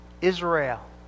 Israel